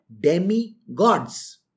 demigods